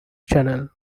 channel